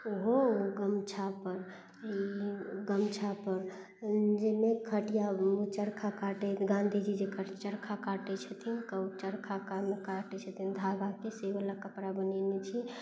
ओहो गमछा पर गमछा पर जाहिमे खटिया चरखा काटै गाँधीजी जे चरखा काटै छथिन तऽ ओ चरखा कम्मे काटै छथिन धागाके से बला कपड़ा बनेने छी